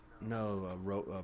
No